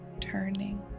turning